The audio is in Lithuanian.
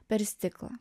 per stiklą